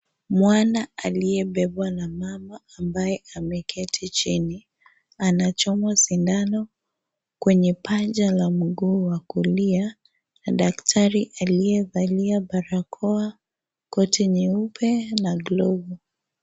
Mwana aliyebebwa na mwana ambaye ameketi chini anachomwa sindano kwenye paja la mguu wa kulia na daktari aliyevalia barakoa, koti na glovu.